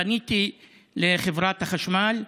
פניתי לחברת החשמל,